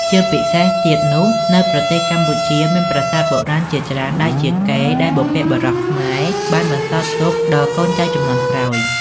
ជាពិសេសទៀតនោះនៅប្រទេសកម្ពុជាមានប្រាសាទបុរាណជាច្រើនដែលជាកេរ្តិ៍ដែលបុព្វបុរសខ្មែរបានបន្សល់ទុកដល់កូនចៅជំនាន់ក្រោយ។